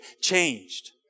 changed